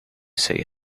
say